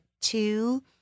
two